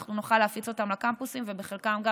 ואנחנו נוכל להפיץ אותם לקמפוסים ובחלקם גם